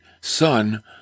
Son